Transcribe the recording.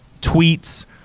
Tweets